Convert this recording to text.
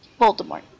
Voldemort